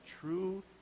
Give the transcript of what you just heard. true